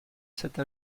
cette